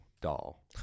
doll